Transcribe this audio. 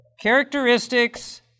characteristics